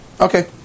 Okay